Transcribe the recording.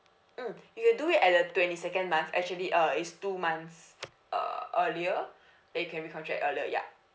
mmhmm you will do it at the twenty second month actually uh it's two months uh earlier then you can recontract earlier ya